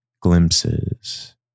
glimpses